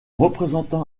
représentant